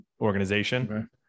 organization